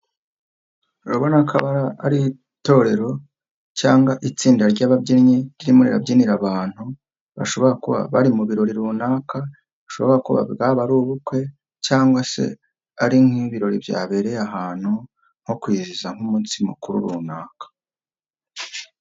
Urabona ko aba ari itorero cyangwa itsinda ry'ababyinnyi ririmo ri abyinira abantu bari mu birori runaka, bishobora kuba bwaba ari ubukwe, cyangwa se ari nk'ibirori byabereye ahantu nko kwizihiza nk'umunsi mukuru runaka.